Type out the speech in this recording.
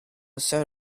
set